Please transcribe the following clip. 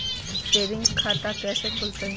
Saving खाता कैसे खुलतई?